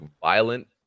violent